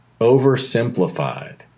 oversimplified